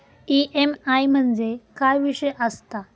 EMI म्हणजे काय विषय आसता?